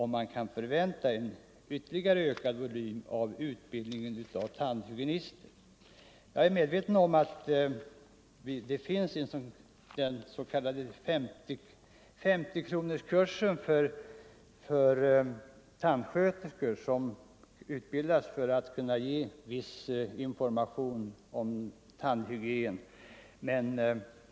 Jag är medveten om att det finns en kurs för tandsköterskor, den s.k. 50-kronorskursen, varigenom dessa får sådana kunskaper att de kan ge viss information om tandhygien.